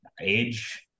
age